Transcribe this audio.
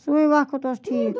سُے وَقت اوس ٹھیک